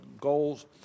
goals